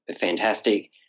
fantastic